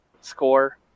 score